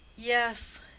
yes,